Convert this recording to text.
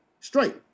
straight